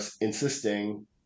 insisting